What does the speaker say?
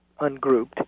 ungrouped